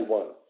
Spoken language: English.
one